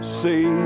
see